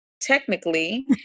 technically